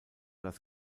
das